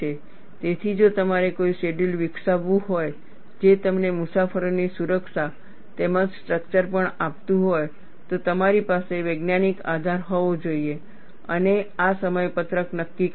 તેથી જો તમારે કોઈ શેડ્યૂલ વિકસાવવું હોય જે તમને મુસાફરોની સુરક્ષા તેમજ સ્ટ્રક્ચર પણ આપતું હોય તો તમારી પાસે વૈજ્ઞાનિક આધાર હોવો જોઈએ અને આ સમયપત્રક નક્કી કરવા પડશે